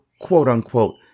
quote-unquote